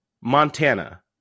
Montana